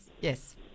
yes